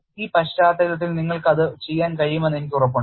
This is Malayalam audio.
ഈ പശ്ചാത്തലത്തിൽ നിങ്ങൾക്ക് അത് ചെയ്യാൻ കഴിയുമെന്ന് എനിക്ക് ഉറപ്പുണ്ട്